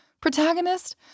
protagonist